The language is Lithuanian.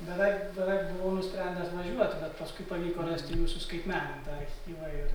beveik beveik buvau nusprendęs važiuoti bet paskui pavyko rasti jų suskaitmenintą archyvą ir